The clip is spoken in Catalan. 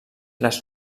les